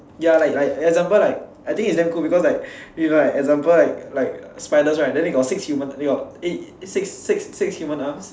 ya like like example like I think it's damn cool because like you know right example like like spiders right then they got six human they got eight six six six human arms